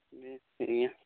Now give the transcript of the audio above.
ᱴᱷᱤᱠ ᱜᱮᱭᱟ